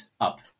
up